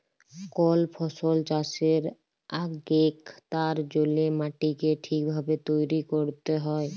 call ফসল চাষের আগেক তার জল্যে মাটিকে ঠিক ভাবে তৈরী ক্যরতে হ্যয়